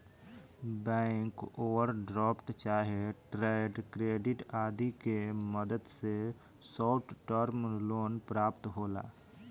bank overdraft चाहे trade credit आदि के मदद से शॉर्ट टर्म लोन प्राप्त होला